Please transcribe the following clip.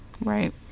Right